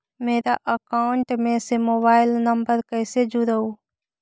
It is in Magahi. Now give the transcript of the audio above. मेरा अकाउंटस में मोबाईल नम्बर कैसे जुड़उ?